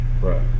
Right